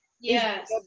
Yes